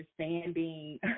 understanding